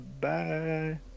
Bye